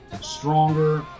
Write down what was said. stronger